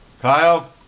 Kyle